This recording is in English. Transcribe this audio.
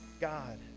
God